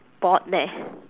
bored leh